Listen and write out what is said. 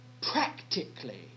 practically